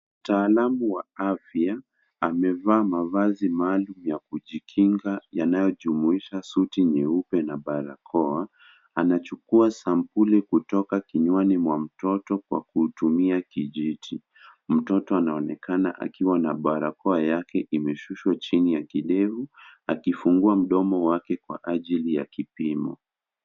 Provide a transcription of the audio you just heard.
Mtaalamu wa afya amevaa mavazi maalum ya kujikinga yanayojumuisha suti nyeupe na barakoa. Anachukua sampuli kutoka kinywani mwa mtoto kwa kuutumia kijiti. Mtoto anaonekana akiwa na barakoa yake imeshushwa chini ya kidevu akifungua mdomo wake kwa ajili ya kipimo.